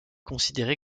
considéré